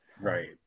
Right